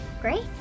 Great